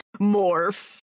morphs